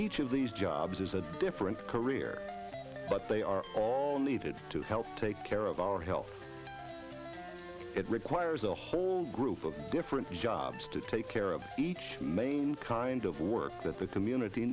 each of these jobs is a different career but they are all needed to help take care of our health it requires a whole group of different jobs to take care of each main kind of work that the community